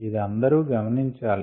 ఇది అందరూ గమనించాలి